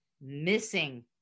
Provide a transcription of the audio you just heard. missing